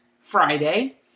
Friday